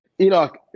Enoch